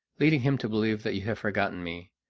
leading him to believe that you have forgotten me.